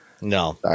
No